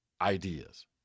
ideas